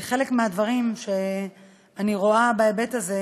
חלק מהדברים שאני רואה בהיבט הזה,